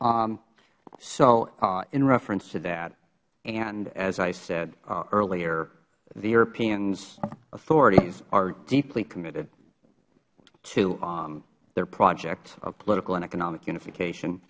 so in reference to that and as i said earlier the european authorities are deeply committed to their project of political and economic unification